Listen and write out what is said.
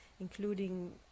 including